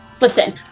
listen